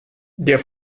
der